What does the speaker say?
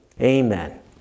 Amen